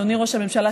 אדוני ראש הממשלה,